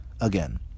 Again